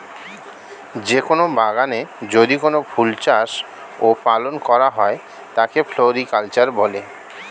যে কোন বাগানে যদি কোনো ফুল চাষ ও পালন করা হয় তাকে ফ্লোরিকালচার বলে